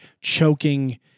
choking